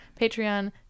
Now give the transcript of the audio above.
Patreon